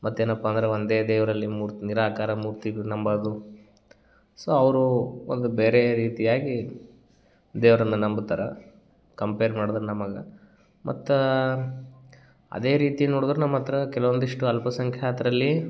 ಮತ್ತು ಏನಪ್ಪ ಅಂದ್ರ ಒಂದೇ ದೇವರಲ್ಲಿ ಮೂರ್ತಿ ನಿರಾಕಾರ ಮೂರ್ತಿ ನಂಬದು ಸೋ ಅವರು ಒಂದು ಬೇರೆ ರೀತಿಯಾಗಿ ದೇವರನ್ನ ನಂಬುತ್ತಾರೆ ಕಂಪೇರ್ ಮಾಡದ್ರೆ ನಮಗೆ ಮತ್ತು ಅದೇ ರೀತಿ ನೋಡದ್ರ ನಮ್ಮ ಹತ್ರ ಕೆಲವೊಂದಿಷ್ಟು ಅಲ್ಪಸಂಖ್ಯಾತ್ರಲ್ಲಿ